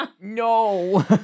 No